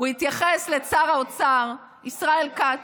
הוא התייחס לשר האוצר ישראל כץ,